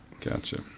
Gotcha